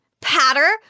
patter